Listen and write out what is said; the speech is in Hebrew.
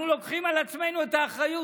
אנחנו לוקחים על עצמנו את האחריות,